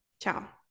Ciao